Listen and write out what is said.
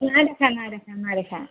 নাইদেখা নাইদেখা নাইদেখা